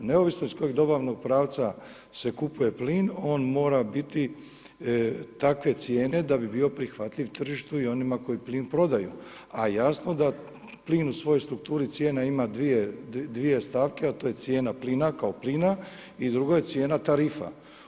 I neovisno iz kojeg dobavnog pravca se kupuje plin, on mora biti takve cijene da bi bio prihvatljiv tržištu i onima koji plin prodaju, a jasno da plin u svojoj strukturi cijena ima dvije stavke, a to je cijena plina kao plina i drugo je cijena tarifa.